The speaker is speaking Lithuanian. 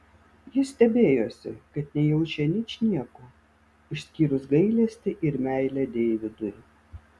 jis stebėjosi kad nejaučia ničnieko išskyrus gailestį ir meilę deividui